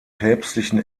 päpstlichen